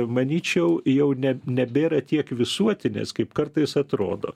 manyčiau jau ne nebėra tiek visuotinės kaip kartais atrodo